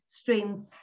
strength